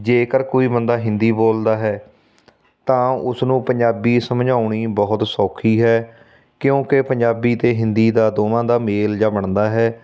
ਜੇਕਰ ਕੋਈ ਬੰਦਾ ਹਿੰਦੀ ਬੋਲਦਾ ਹੈ ਤਾਂ ਉਸਨੂੰ ਪੰਜਾਬੀ ਸਮਝਾਉਣੀ ਬਹੁਤ ਸੌਖੀ ਹੈ ਕਿਉਂਕਿ ਪੰਜਾਬੀ ਅਤੇ ਹਿੰਦੀ ਦਾ ਦੋਵਾਂ ਦਾ ਮੇਲ ਜਾ ਬਣਦਾ ਹੈ